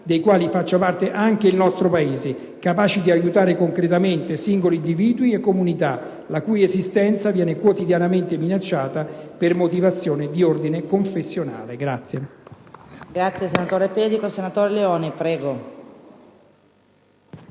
dei quali faccia parte anche il nostro Paese, capaci di aiutare concretamente singoli individui e comunità, la cui esistenza viene quotidianamente minacciata per motivazioni di ordine confessionale.